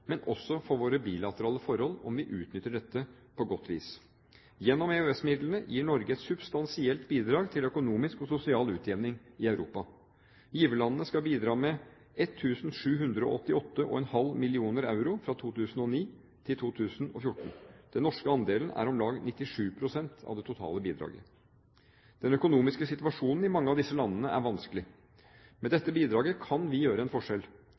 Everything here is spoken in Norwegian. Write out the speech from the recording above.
men også for våre bilaterale forhold, om vi utnytter dette på godt vis. Gjennom EØS-midlene gir Norge et substansielt bidrag til økonomisk og sosial utjevning i Europa. Giverlandene skal bidra med 1 788,5 mill. euro fra 2009 til 2014. Den norske andelen er på om lag 97 pst. av det totale bidraget. Den økonomiske situasjonen i mange av disse landene er vanskelig. Med dette bidraget kan vi gjøre en forskjell.